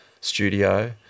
studio